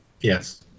yes